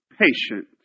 patient